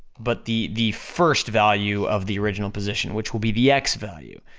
but the, the first value of the original position, which will be the x value.